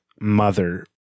mother